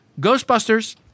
Ghostbusters